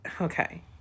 Okay